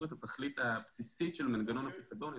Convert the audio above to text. את התכלית הבסיסית של מנגנון הפיקדון.